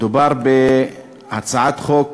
מדובר בהצעת חוק